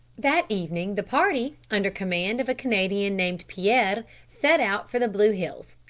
that evening the party, under command of a canadian named pierre, set out for the blue hills.